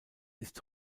ist